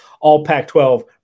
All-Pac-12